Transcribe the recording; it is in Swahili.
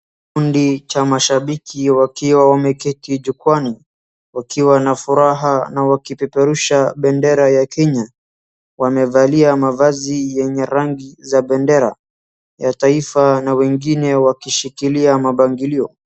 Kundi cha mashabiki wakiwa wameketi jukwaani wakiwa na furaha na wakipeperusha bendera ya Kenya wamevalia mavazi yenye rangi za bendera ya taifa na wengine wakishikilia mabangilio.